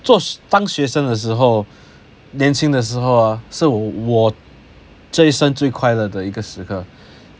做当学生的时候年轻的时候 ah 是我这一生最快乐的一个时刻